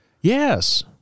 yes